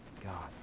God